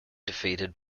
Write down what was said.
defeated